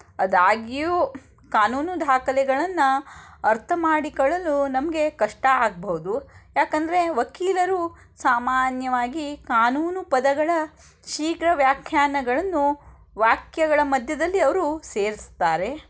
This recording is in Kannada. ಅದಾಗಿಯೂ ಕಾನೂನು ದಾಖಲೆಗಳನ್ನು ಅರ್ಥ ಮಾಡಿಕೊಳ್ಳಲು ನಮಗೆ ಕಷ್ಟ ಆಗಬಹುದು ಯಾಕೆಂದ್ರೆ ವಕೀಲರು ಸಾಮಾನ್ಯವಾಗಿ ಕಾನೂನು ಪದಗಳ ಶೀಘ್ರ ವ್ಯಾಖ್ಯಾನಗಳನ್ನು ವಾಕ್ಯಗಳ ಮಧ್ಯದಲ್ಲಿ ಅವರು ಸೇರಿಸ್ತಾರೆ